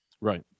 Right